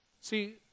See